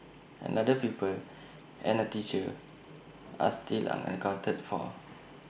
another pupil and A teacher are still unaccounted for